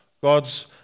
God's